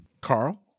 Carl